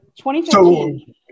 2015